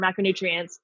macronutrients